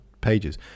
pages